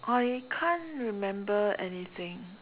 I can't remember anything